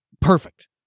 perfect